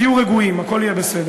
תהיו רגועים, הכול יהיה בסדר.